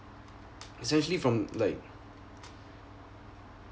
it's actually from like